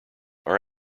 are